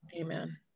amen